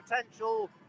potential